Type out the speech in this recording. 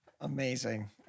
Amazing